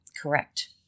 Correct